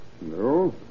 No